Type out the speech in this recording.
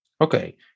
Okay